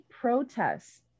protests